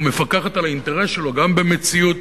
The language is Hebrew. ומפקחת על האינטרס שלו גם במציאות